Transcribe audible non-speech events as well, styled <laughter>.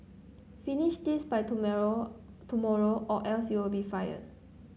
finish this by <unintelligible> tomorrow or else you'll be fired